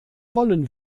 wollen